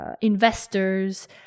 investors